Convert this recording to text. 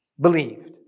Believed